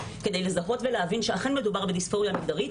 כדי לזהות ולהבין שאכן מדובר בדיספוריה מגדרית.